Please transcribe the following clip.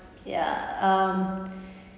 ya um